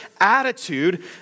attitude